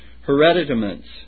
hereditaments